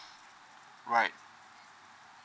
right